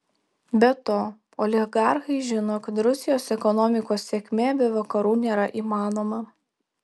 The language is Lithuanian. be to oligarchai žino kad rusijos ekonomikos sėkmė be vakarų nėra įmanoma